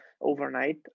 overnight